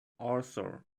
arthur